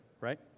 right